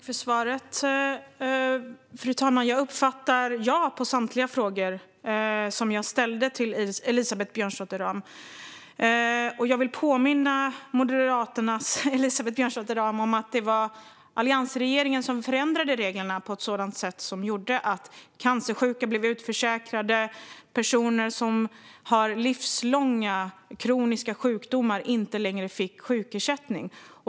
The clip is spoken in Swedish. Fru talman! Jag uppfattar svaret som ja på samtliga frågor jag ställde till Elisabeth Björnsdotter Rahm. Jag vill påminna Moderaternas Elisabeth Björnsdotter Rahm om att det var alliansregeringen som förändrade reglerna på ett sätt som gjorde att cancersjuka blev utförsäkrade och att personer med livslånga kroniska sjukdomar inte längre fick sjukersättning.